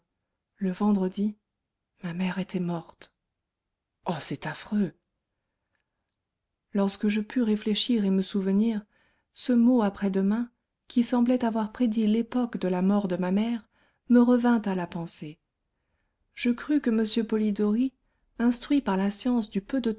le vendredi ma mère était morte oh c'est affreux lorsque je pus réfléchir et me souvenir ce mot après-demain qui semblait avoir prédit l'époque de la mort de ma mère me revint à la pensée je crus que m polidori instruit par la science du peu de